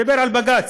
אני מדבר על בג"ץ.